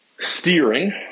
Steering